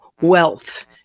wealth